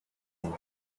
and